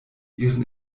ihren